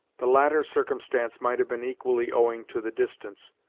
the latter circumstance might have been equally owing to the distance,